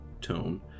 tone